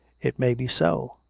it may be so.